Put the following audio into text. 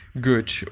good